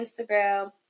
Instagram